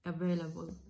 available